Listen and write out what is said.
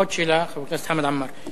עוד שאלה, חבר הכנסת חמד עמאר?